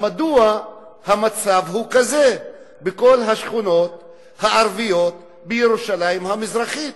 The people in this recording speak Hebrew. מדוע המצב הוא כזה בכל השכונות הערביות בירושלים המזרחית?